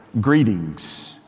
greetings